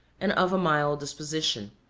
and of a mild disposition.